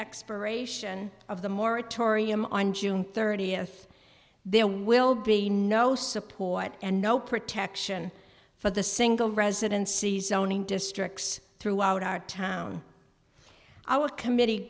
expiration of the moratorium on june thirtieth there will be no support and no protection for the single residencies zoning districts throughout our town our committee